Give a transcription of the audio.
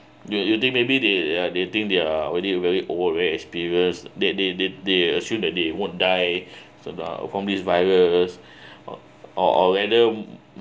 you you think maybe they ya they think they're very very old uh very experienced that they they they assume that they won't die so the form this virus or or whether